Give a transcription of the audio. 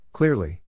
Clearly